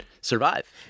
survive